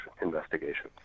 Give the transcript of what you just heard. investigations